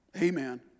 Amen